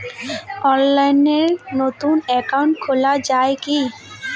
অনলাইনে নতুন একাউন্ট খোলা য়ায় কি?